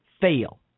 fail